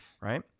Right